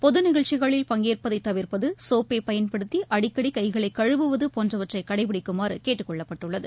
பொது நிகழ்ச்சிகளில் பங்கேற்பதை தவிர்ப்பது சோப்பை பயன்படுத்தி அடிக்கடி கைகளை கழுவுவது போன்றவற்றை கடைப்பிடிக்குமாறு கேட்டுக்கொள்ளப்பட்டுள்ளது